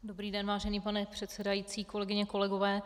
Dobrý den, vážený pane předsedající, kolegyně, kolegové.